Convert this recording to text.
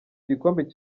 gikombe